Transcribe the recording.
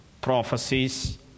prophecies